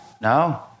No